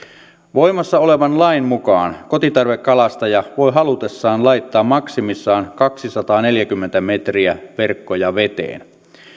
voimassa olevan lain mukaan kotitarvekalastaja voi halutessaan laittaa maksimissaan kaksisataaneljäkymmentä metriä verkkoja veteen